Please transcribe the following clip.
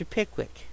Pickwick